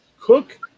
cook